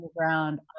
underground